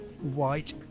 white